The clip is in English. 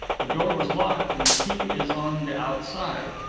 the door was locked, and the key is on the outside.